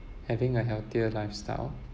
having a healthier lifestyle